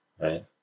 right